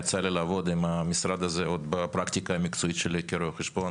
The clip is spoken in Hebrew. יצא לי לעבוד עם המשרד הזה עוד בפרקטיקה המקצועית שלי כרואה חשבון,